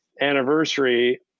anniversary